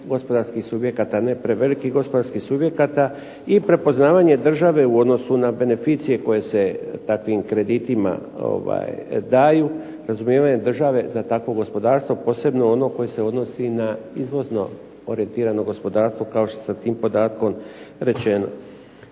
gospodarskih subjekata, ne prevelikih gospodarskih subjekata i prepoznavanje države u odnosu na beneficije koje se takvim kreditima daju, razumijevanje države za takvo gospodarstvo posebno ono koje se odnosi na izvozno orijentirano gospodarstvo, kao što je sa tim podatkom rečeno.